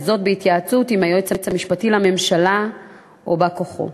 וזאת בהתייעצות עם היועץ המשפטי לממשלה או בא-כוחו.